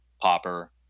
Popper